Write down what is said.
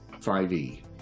5E